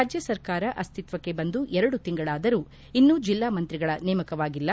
ರಾಜ್ಯ ಸರ್ಕಾರ ಅಸ್ತಿತ್ವಕ್ಕೆ ಬಂದು ಎರಡು ತಿಂಗಳಾದರೂ ಇನ್ನೂ ಜಿಲ್ಲಾಮಂತ್ರಿಗಳ ನೇಮಕವಾಗಿಲ್ಲ